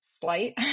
slight